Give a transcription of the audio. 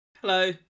Hello